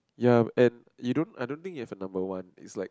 ya and you don't I don't think it's number one it's like